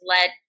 led